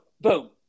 boom